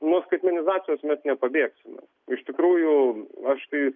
nuo skaitmenizacijos mes nepabėgsime iš tikrųjų aš tai